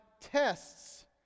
tests